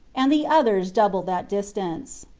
and the others double that distance.